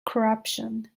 corruption